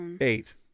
eight